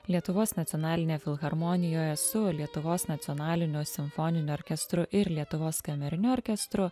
lietuvos nacionalinėje filharmonijoje su lietuvos nacionaliniu simfoniniu orkestru ir lietuvos kameriniu orkestru